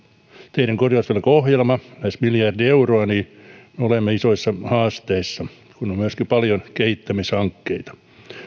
teiden korjausvelkaohjelma lähes miljardi euroa olemme isoissa haasteissa kun on myöskin paljon kehittämishankkeita